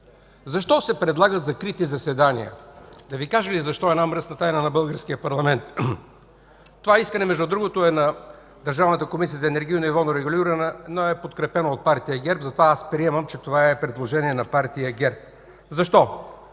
Защо се предлагат закрити заседания? Да Ви кажа ли защо – една мръсна тайна на Българския парламент. Това искане, между другото, е на Държавната комисия за енергийно и водно регулиране, но е подкрепено от Партия ГЕРБ. Затова приемам, че това е предложение на Партия ГЕРБ. Защо?